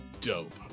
dope